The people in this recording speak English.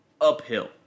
uphill